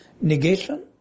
negation